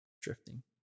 drifting